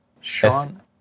Sean